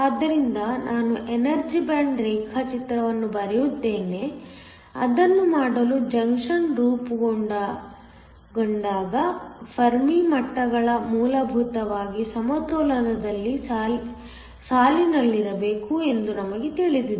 ಆದ್ದರಿಂದ ನಾನು energy band ರೇಖಾಚಿತ್ರವನ್ನು ಬರೆಯುತ್ತೇನೆ ಅದನ್ನು ಮಾಡಲು ಜಂಕ್ಷನ್ ರೂಪುಗೊಂಡಾಗ ಫೆರ್ಮಿ ಮಟ್ಟಗಳು ಮೂಲಭೂತವಾಗಿ ಸಮತೋಲನದಲ್ಲಿ ಸಾಲಿನಲ್ಲಿರಬೇಕು ಎಂದು ನಮಗೆ ತಿಳಿದಿದೆ